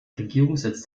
regierungssitz